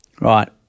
right